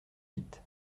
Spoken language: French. vite